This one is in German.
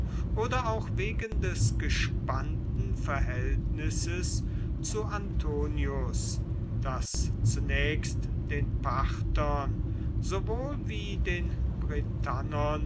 oder auch wegen des gespannten verhältnisses zu antonius das zunächst den parthern sowohl wie den